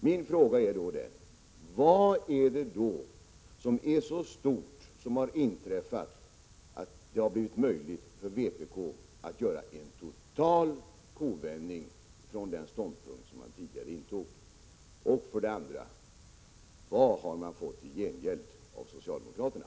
Min fråga är då: Vad har inträffat som är så stort att det blivit möjligt för vpk att göra en total kovändning från den ståndpunkt man tidigare intog? Och för det andra: Vad har man fått i gengäld av socialdemokraterna?